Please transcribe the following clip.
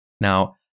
Now